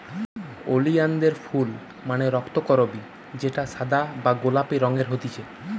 ওলিয়ানদের ফুল মানে রক্তকরবী যেটা সাদা বা গোলাপি রঙের হতিছে